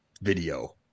video